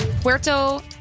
Puerto